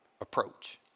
approach